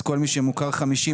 אז כל מי שמוכר 50%,